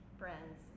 friends